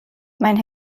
mein